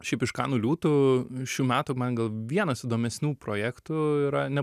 šiaip iš kanų liūtų šių metų man gal vienas įdomesnių projektų yra ne